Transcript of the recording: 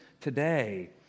today